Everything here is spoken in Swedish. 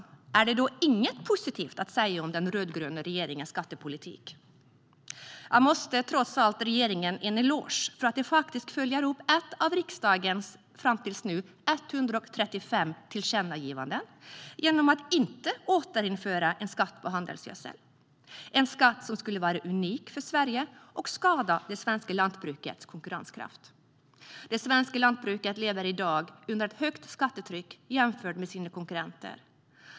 Finns det då inget positivt att säga om den rödgröna regeringens skattepolitik? Jo, jag måste trots allt ge regeringen en eloge för att man faktiskt följer upp ett av riksdagens hittills 135 tillkännagivanden genom att inte återinföra en skatt på handelsgödsel. Det är en skatt som annars skulle vara unik för Sverige och skada det svenska lantbrukets konkurrenskraft. Det svenska lantbruket lever i dag under ett högt skattetryck jämfört med sina konkurrenter.